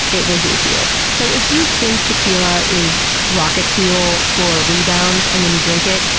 it will do to you. so, if you think tequila is rocket fuel for rebounds and then you drink it,